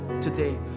today